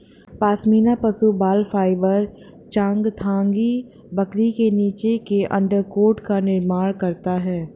पश्मीना पशु बाल फाइबर चांगथांगी बकरी के नीचे के अंडरकोट का निर्माण करता है